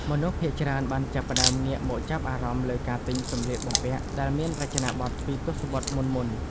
មនុស្សភាគច្រើនបានចាប់ផ្តើមងាកមកចាប់អារម្មណ៍លើការទិញសម្លៀកបំពាក់ដែលមានរចនាប័ទ្មពីទសវត្សរ៍មុនៗ។